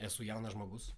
esu jaunas žmogus